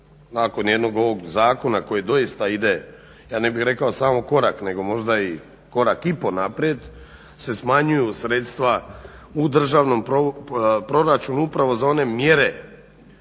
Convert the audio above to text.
nakon nijednog ovog zakona koji doista ide ja ne bih rekao samo korak nego korak i po naprijed se smanjuju sredstva u državnom proračunu upravo za one mjere